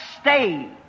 stay